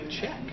Check